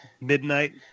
midnight